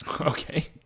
Okay